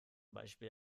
beispiel